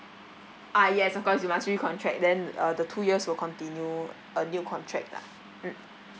ah yes of course you must recontract then uh the two years will continue a new contract lah mm